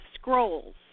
scrolls